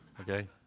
Okay